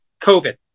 COVID